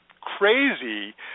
crazy